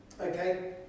okay